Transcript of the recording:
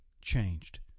changed